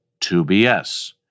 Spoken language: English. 2BS